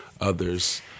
others